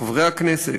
חברי הכנסת,